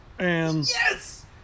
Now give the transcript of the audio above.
Yes